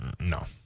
No